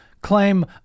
claim